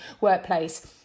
workplace